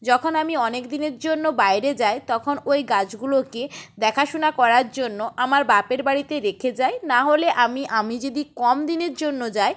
যখন আমি অনেক দিনের জন্য বাইরে যাই তখন ওই গাছগুলোকে দেখাশুনো করার জন্য আমার বাপের বাড়িতে রেখে যাই না হলে আমি আমি যদি কম দিনের জন্য যাই